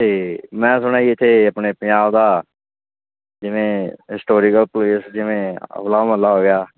ਅਤੇ ਮੈਂ ਸੁਣਿਆ ਜੀ ਇੱਥੇ ਆਪਣੇ ਪੰਜਾਬ ਦਾ ਜਿਵੇਂ ਹਿਸਟੋਰੀਕਲ ਪਲੇਸ ਜਿਵੇਂ ਹੋਲਾ ਮਹੱਲਾ ਹੋ ਗਿਆ